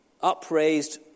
upraised